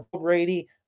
Brady